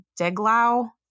Deglau